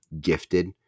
gifted